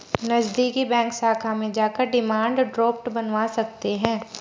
नज़दीकी बैंक शाखा में जाकर डिमांड ड्राफ्ट बनवा सकते है